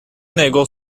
negó